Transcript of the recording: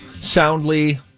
soundly